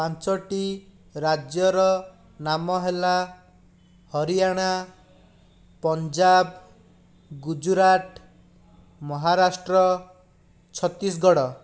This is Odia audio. ପାଞ୍ଚଟି ରାଜ୍ୟର ନାମ ହେଲା ହରିୟାଣା ପଞ୍ଜାବ ଗୁଜୁରାଟ ମହାରାଷ୍ଟ୍ର ଛତିଶଗଡ଼